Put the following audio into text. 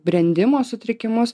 brendimo sutrikimus